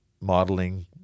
modeling